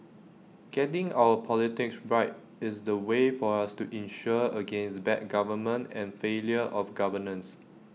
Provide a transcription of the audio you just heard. getting our politics right is the way for us to insure against bad government and failure of governance